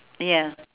ya